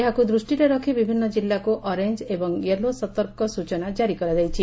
ଏହାକୁ ଦୃଷିରେ ରଖି ବିଭିନ୍ନ କିଲ୍ଲାକୁ ଅରେଞ ଏବଂ ୟେଲୋ ସତର୍କ ସ୍ଚନା ଜାରି କରାଯାଇଛି